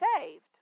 saved